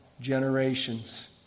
generations